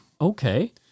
Okay